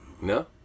No